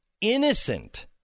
innocent